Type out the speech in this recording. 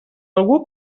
algú